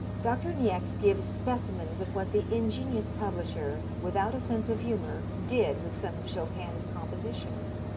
dr. niecks gives specimens of what the ingenious publisher, without a sense of humor, did with some of chopin's compositions